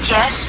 Yes